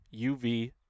UV